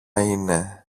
είναι